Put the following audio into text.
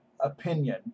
opinion